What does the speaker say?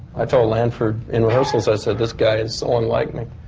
i told lanford in rehearsals, i said this guy is so unlike me.